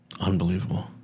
Unbelievable